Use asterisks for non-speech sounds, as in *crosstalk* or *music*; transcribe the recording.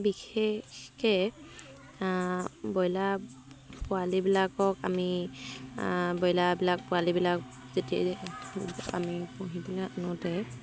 বিশেষকে ব্ৰইলাৰ পোৱালিবিলাকক আমি ব্ৰইলাৰবিলাক পোৱালিবিলাক যেতিয়া আমি পুহিবলৈ *unintelligible* আনোতেই